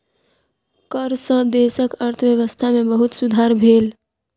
कर सॅ देशक अर्थव्यवस्था में बहुत सुधार भेल